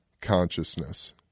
consciousness